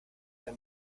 ein